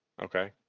Okay